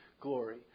glory